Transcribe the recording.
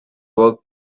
works